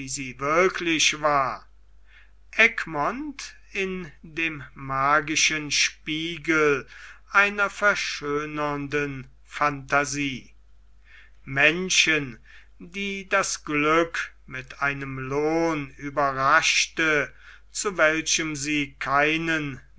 sie wirklich war egmont in dem magischen spiegel einer verschönernden phantasie menschen die das glück mit einem lohn überraschte zu welchem sie keinen